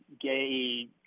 gay